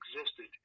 existed